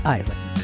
Island